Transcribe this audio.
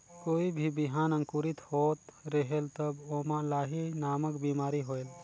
कोई भी बिहान अंकुरित होत रेहेल तब ओमा लाही नामक बिमारी होयल?